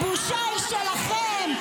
הבושה היא שלכם.